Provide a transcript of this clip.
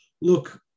look